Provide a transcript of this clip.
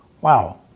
wow